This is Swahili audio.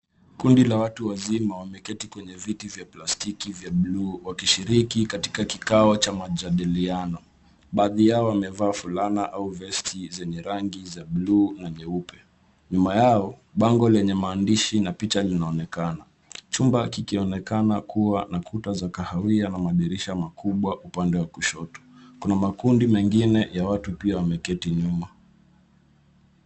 Kundi la watu wazima wameketi kwenye viti vya plastiki vya blue wakishiriki katika kikao cha majadiliano. Baadhi yao wamevaa fulana au vesti zenye rangi za blue na nyeupe. Nyuma yao, bango lenye maandishi na picha linaonekana. Chumba kikinaonekana kuwa na kuta za kahawia na madirisha makubwa upande wa kushoto. Kuna makundi mengine ya watu pia wameketi nyuma.